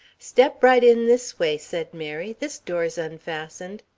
step right in this way, said mary this door's unfastened.